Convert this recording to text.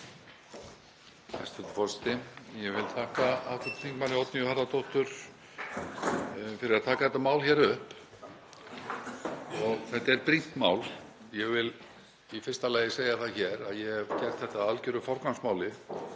Þetta er brýnt mál. Ég vil í fyrsta lagi segja það hér að ég hef gert þetta að algjöru forgangsmáli,